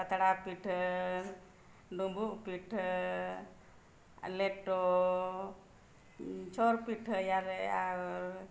ᱯᱟᱛᱲᱟ ᱯᱤᱴᱷᱟᱹ ᱰᱩᱢᱵᱩᱜ ᱯᱤᱴᱷᱟᱹ ᱞᱮᱴᱚ ᱪᱷᱚᱨ ᱯᱤᱴᱷᱟᱹᱭᱟᱞᱮ ᱟᱨ